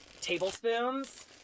tablespoons